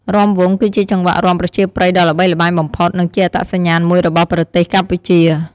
រាំវង់ គឺជាចង្វាក់រាំប្រជាប្រិយដ៏ល្បីល្បាញបំផុត និងជាអត្តសញ្ញាណមួយរបស់ប្រទេសកម្ពុជា។